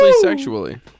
sexually